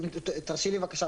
אם תרשי לי בבקשה,